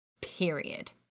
period